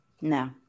No